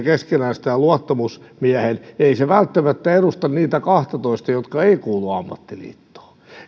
keskenään sitten luottamusmiehen niin ei hän välttämättä edusta niitä kahtatoista jotka eivät kuulu ammattiliittoon